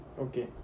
Okay